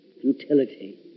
futility